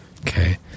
Okay